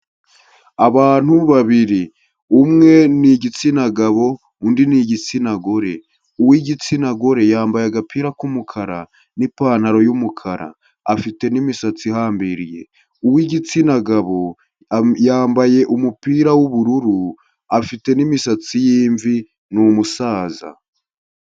Abantu babiri umwe ni igitsina gabo, undi ni igitsina gore, uw'igitsina gore yambaye agapira k'umukara n'ipantaro y'umukara afite n'imisatsi ihambiriye, uw'igitsina gabo yambaye umupira w'ubururu afite n'imisatsi y'imvi ni umusaza.